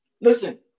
Listen